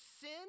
sin